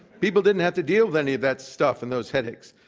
people didn't have to deal with any of that stuff and those headaches,